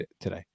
today